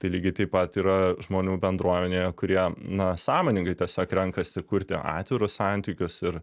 tai lygiai taip pat yra žmonių bendruomenėje kurie na sąmoningai tiesiog renkasi kurti atvirus santykius ir